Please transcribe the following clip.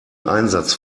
einsatz